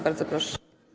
Bardzo proszę.